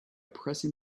pressing